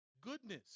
Goodness